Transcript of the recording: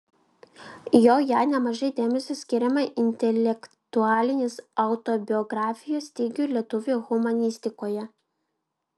joje nemažai dėmesio skiriama intelektualinės autobiografijos stygiui lietuvių humanistikoje